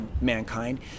mankind